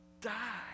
die